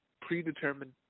predetermined